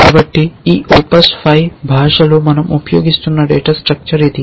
కాబట్టి ఈ OPS5 భాష లో మనం ఉపయోగిస్తున్న డేటా స్ట్రక్చర్ ఇది